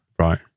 Right